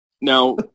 now